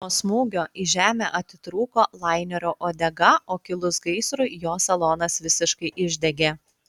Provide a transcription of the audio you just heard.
nuo smūgio į žemę atitrūko lainerio uodega o kilus gaisrui jo salonas visiškai išdegė